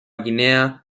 guinea